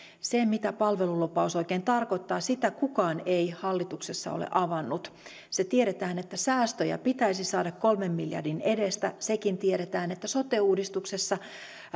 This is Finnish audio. mitä palvelulupaus oikein tarkoittaa sitä kukaan ei hallituksessa ole avannut se tiedetään että säästöjä pitäisi saada kolmen miljardin edestä ja sekin tiedetään että sote uudistuksessa